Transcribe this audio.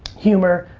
humor,